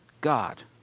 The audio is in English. God